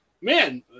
man